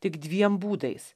tik dviem būdais